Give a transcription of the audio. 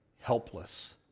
helpless